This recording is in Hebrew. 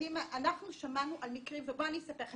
שמענו הרבה סיפורים.